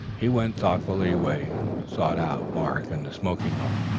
he went thoughtfully away and sought out mark in the smoking-room,